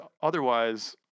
otherwise